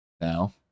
now